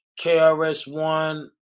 KRS-One